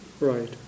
Right